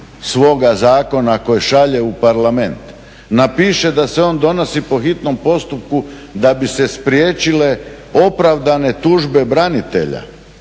svog zakona koje šalje u Parlament napiše da se on donosi po hitnom postupku da bi se spriječile opravdane tužbe branitelja